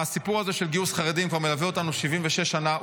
הסיפור הזה של גיוס חרדים מלווה אותנו כבר 76 שנה.